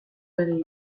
egin